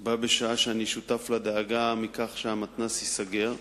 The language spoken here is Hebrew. בה בשעה שאני שותף לדאגה מכך שהמתנ"ס ייסגר,